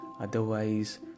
Otherwise